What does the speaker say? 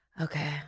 Okay